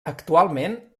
actualment